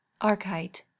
archite